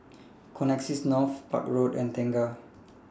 Connexis North Park Road and Tengah